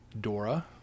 Dora